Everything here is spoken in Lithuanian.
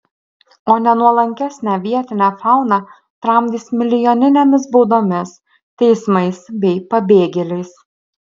o nenuolankesnę vietinę fauną tramdys milijoninėmis baudomis teismais bei pabėgėliais